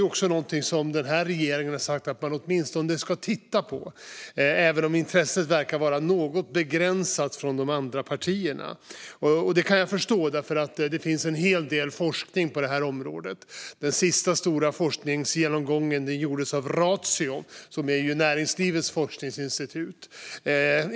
Den här regeringen har sagt att man åtminstone ska titta på frågan, även om intresset verkar vara något begränsat från de andra partierna. Det kan jag förstå eftersom det ju finns en hel del forskning på området. Den senaste stora forskningsgenomgången gjordes av Ratio, som är näringslivets forskningsinstitut.